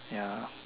ya